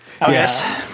Yes